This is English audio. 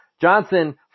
Johnson